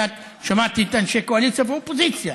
שמעתי את אנשי הקואליציה והאופוזיציה.